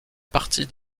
partie